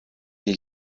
hier